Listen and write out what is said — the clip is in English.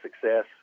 success